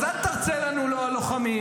אל תרצה לנו על לוחמים.